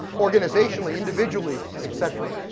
organizationally, individually, etc.